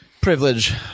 privilege